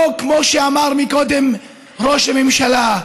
לא כמו שאמר קודם ראש הממשלה,